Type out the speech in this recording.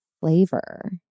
flavor